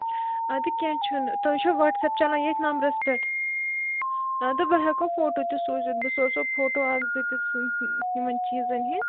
اَدٕ کیٚنٛہہ چھُنہٕ تُہۍ چھُو وَٹسایپ چلان ییٚتھ نَمبرَس پٮ۪ٹھ اَدٕ بہٕ ہٮ۪کَو فوٹو تہِ سوٗزِتھ بہٕ سوزو فوٹو اکھ زٕ تہِ یِمَن چیٖزَن ہِنٛدۍ